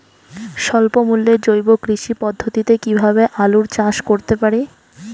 স্বল্প মূল্যে জৈব কৃষি পদ্ধতিতে কীভাবে আলুর চাষ করতে পারি?